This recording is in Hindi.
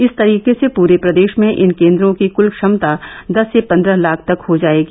इस तरीके से पूरे प्रदेश में इन केंद्रों की क्ल क्षमता दस से पंद्रह लाख तक हो जाएगी